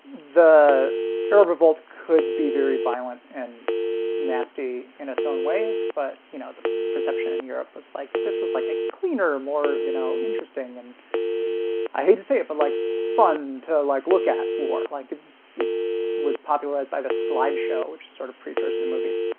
the arab, revolt could be very violent and nasty in its own ways. but you know the perception in europe was like that. this was like a cleaner more, you know, interesting and i hate to say it but like fun to like look at war like it it was popularized by the slideshow which is sort of precursor to movies